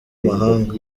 mahanga